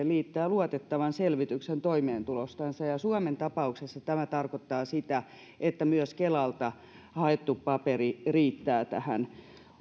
liittää luotettavan selvityksen toimeentulostansa ja suomen tapauksessa tämä tarkoittaa sitä että myös kelalta haettu paperi riittää tähän